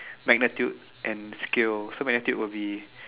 magnitude and scale so magnitude will be